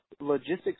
logistics